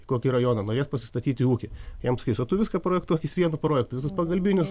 kokį rajoną norės pasistatyti ūkį jam sakys o tu viską projektuok jis vienu projektu visus pagalbinius